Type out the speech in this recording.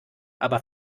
aber